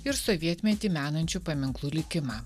ir sovietmetį menančių paminklų likimą